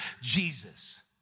Jesus